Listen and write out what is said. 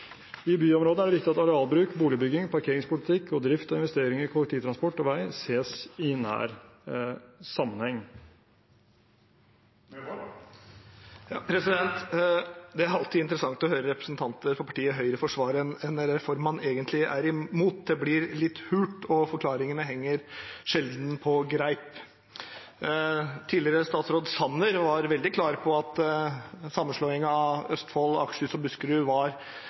I byområdene er det viktig at arealbruk, boligbygging, parkeringspolitikk og drift og investeringer i kollektivtransport og vei ses i nær sammenheng. Det er alltid interessant å høre representanter for partiet Høyre forsvare en reform man egentlig er imot. Det blir litt hult, og forklaringene henger sjelden på greip. Tidligere statsråd Sanner var veldig klar på at en sammenslåing av Østfold, Akershus og Buskerud